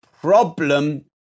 Problem